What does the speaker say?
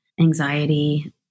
anxiety